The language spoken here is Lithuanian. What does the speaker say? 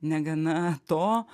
negana to